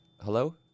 Hello